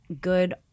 good